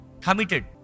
committed